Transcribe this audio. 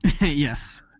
Yes